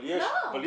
לא, מה